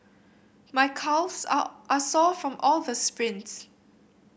my calves are are sore from all the sprints